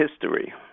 history